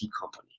company